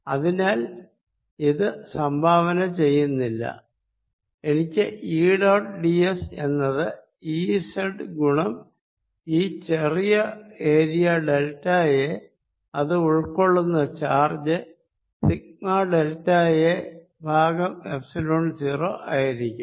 അതിനാൽ ഇത് സംഭാവന ചെയ്യുന്നില്ല എനിക്ക് ഇ ഡോട്ട് ഡി s എന്നത് Ez ഗുണം ഈ ചെറിയ ഏരിയ ഡെൽറ്റ എ ഇത് ഉൾക്കൊള്ളുന്ന charge sigma delta A by epsilon 0 ആയിരിക്കും